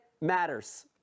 matters